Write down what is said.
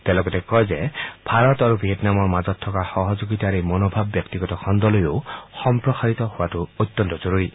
তেওঁ লগতে কয় যে ভাৰত আৰু ভিয়েটনামৰ মাজত থকা সহযোগিতাৰ এই মনোভাৱ ব্যক্তিগত খণ্ডলৈও সম্প্ৰসাৰিত হোৱাটো অত্যন্ত জৰুৰী